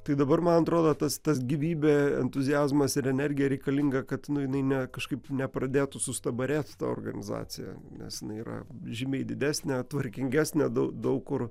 tai dabar man atrodo tas tas gyvybė entuziazmas ir energija reikalinga kad jinai ne kažkaip nepradėtų sustabarėt organizacija nes jinai yra žymiai didesnė tvarkingesnė dau daug kur